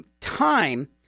time